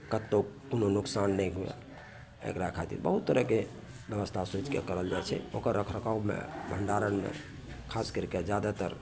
कतहुँ कोनो नुकसान नहि हुए एकरा खातिर बहुत तरहके बेबस्था सोचिके करल जाइ छै ओकर रखरखाबमे भंडारणमे खास करके जादातर